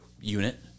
unit